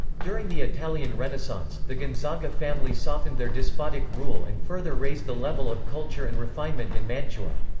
during the italian renaissance, the gonzaga family softened their despotic rule and further raised the level of culture and refinement in mantua.